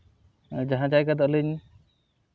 ᱡᱟᱦᱟᱸ ᱡᱟᱭᱜᱟ ᱫᱚ ᱟᱹᱞᱤᱧ